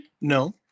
no